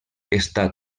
està